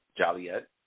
Joliet